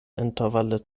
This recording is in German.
intervalle